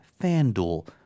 FanDuel